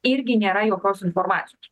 irgi nėra jokios informacijos